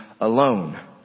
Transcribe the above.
alone